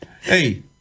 hey